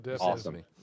Awesome